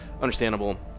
understandable